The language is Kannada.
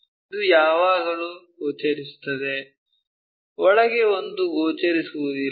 ಇದು ಯಾವಾಗಲೂ ಗೋಚರಿಸುತ್ತದೆ ಒಳಗೆ ಒಂದು ಗೋಚರಿಸುವುದಿಲ್ಲ